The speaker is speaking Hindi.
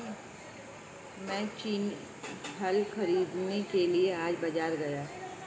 मैं छेनी हल खरीदने के लिए आज बाजार गया